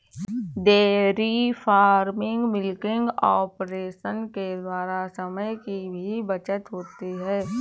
dairy farming milking operation के द्वारा समय की भी बचत होती है